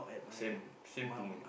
same same to me